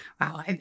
Wow